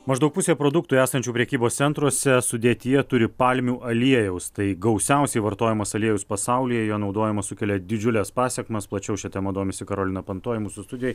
maždaug pusė produktų esančių prekybos centruose sudėtyje turi palmių aliejaus tai gausiausiai vartojamas aliejus pasaulyje jo naudojimas sukelia didžiules pasekmes plačiau šia tema domisi karolina panto ji mūsų studijoj